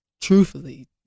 truthfully